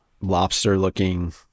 lobster-looking